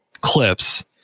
Clips